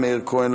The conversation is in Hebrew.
מאיר כהן,